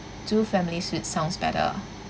two family suite sounds better